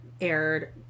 aired